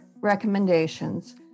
recommendations